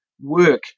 work